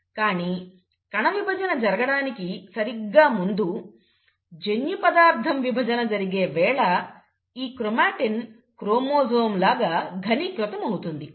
కానీ కణవిభజన జరగడానికి సరిగ్గా ముందు జన్యు పదార్థం విభజన జరిగే వేళ ఈ క్రోమాటిన్ క్రోమోజోమ్ లాగా ఘనీకృతమవుతుంది